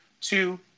two